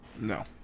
no